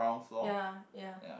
ya ya